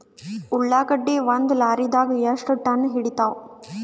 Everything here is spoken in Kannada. ಉಳ್ಳಾಗಡ್ಡಿ ಒಂದ ಲಾರಿದಾಗ ಎಷ್ಟ ಟನ್ ಹಿಡಿತ್ತಾವ?